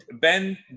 Ben